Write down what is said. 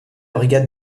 brigade